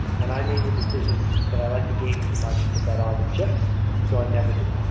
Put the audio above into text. and i made the decision that i like the game too much to bet all the chips, so i never do.